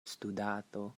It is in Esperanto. studado